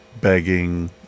begging